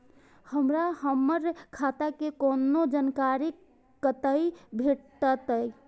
हमरा हमर खाता के कोनो जानकारी कतै भेटतै?